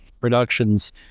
productions